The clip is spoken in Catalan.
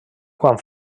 quan